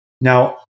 Now